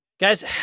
Guys